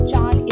John